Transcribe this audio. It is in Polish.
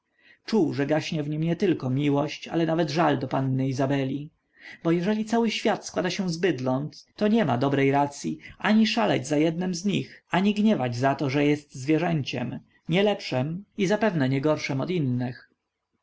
czuł że gaśnie w nim nietylko miłość ale nawet żal do panny izabeli bo jeżeli cały świat składa się z bydląt to nie ma dobrej racyi ani szaleć za jednem z nich ani gniewać za to że jest zwierzęciem nielepszem i zapewne niegorszem od innych